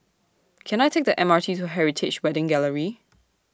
Can I Take The M R T to Heritage Wedding Gallery